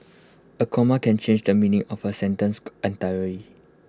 A comma can change the meaning of A sentence entirely